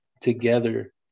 together